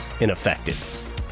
ineffective